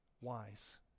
wise